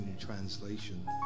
translation